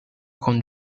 con